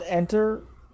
enter